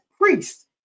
priest